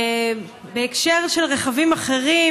בהקשר של רכבים אחרים,